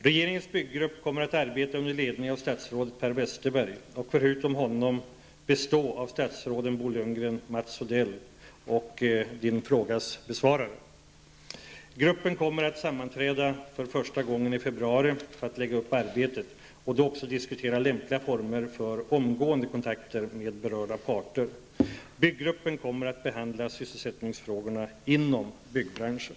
Regeringens byggrupp kommer att arbeta under ledning av statsrådet Per Westerberg och förutom honom bestå av statsråden Bo Lundgren, Mats Gruppen kommer att sammanträda för första gången i februari för att lägga upp arbetet och då också diskutera lämpliga former för omgående kontakter med berörda parter. Byggruppen kommer att behandla de frågor som rör sysselsättningen inom byggbranschen.